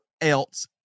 else